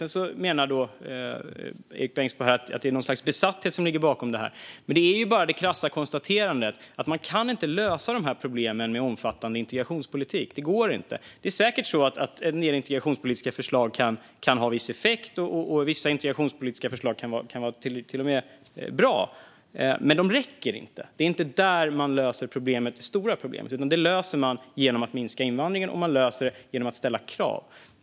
Erik Bengtzboe menar att det är något slags besatthet som ligger bakom detta. Men det handlar bara om ett krasst konstaterande att man inte kan lösa dessa problem med en omfattande integrationspolitik. Det går inte. En del integrationspolitiska förslag kan säkert ha viss effekt och vissa förslag kan till och med vara bra, men de räcker inte. Det är inte där man löser det stora problemet. Det löser man genom att minska invandringen och genom att ställa krav.